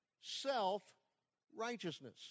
Self-righteousness